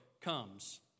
Comes